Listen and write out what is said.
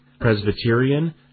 Presbyterian